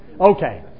Okay